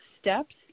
steps